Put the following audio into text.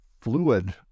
fluid